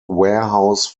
warehouse